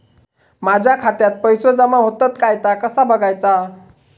माझ्या खात्यात पैसो जमा होतत काय ता कसा बगायचा?